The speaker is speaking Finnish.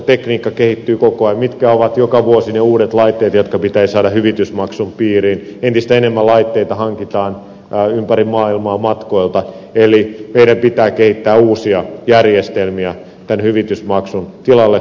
tekniikka kehittyy koko ajan ja joka vuosi tulevat uudet laitteet jotka pitäisi saada hyvitysmaksun piiriin entistä enemmän laitteita hankitaan ympäri maailmaa matkoilta eli meidän pitää kehittää uusia järjestelmiä tämän hyvitysmaksun tilalle